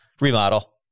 remodel